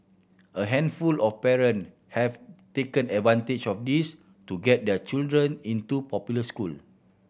a handful of parent have taken advantage of this to get their children into popular school